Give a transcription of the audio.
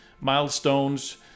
milestones